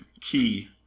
key